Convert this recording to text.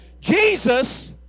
Jesus